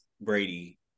Brady